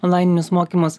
onlaininius mokymus